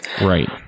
Right